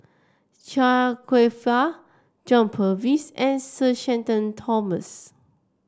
Chia Kwek Fah John Purvis and Sir Shenton Thomas